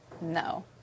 no